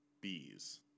bees